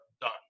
done